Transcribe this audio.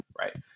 right